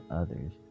others